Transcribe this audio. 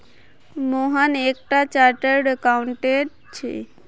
मोहन एक टा chartered accountant छे